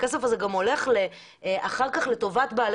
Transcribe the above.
הכסף הזה הולך אחר כך גם לטובת בעלי